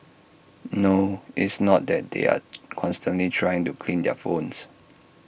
no it's not that they are constantly trying to clean their phones